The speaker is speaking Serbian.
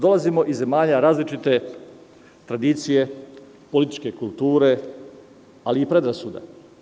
Dolazimo iz zemalja različite tradicije, političke kulture, ali i predrasuda.